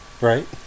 Right